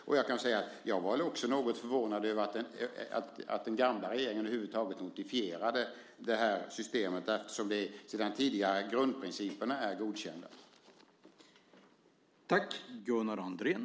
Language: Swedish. Och jag kan säga att jag också var något förvånad över att den gamla regeringen över huvud taget notifierade systemet eftersom grundprinciperna sedan tidigare är godkända.